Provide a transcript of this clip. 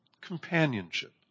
Companionship